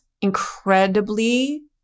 incredibly